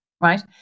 right